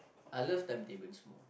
I love time tables more